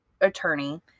attorney